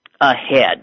ahead